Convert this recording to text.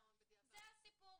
זה הסיפור.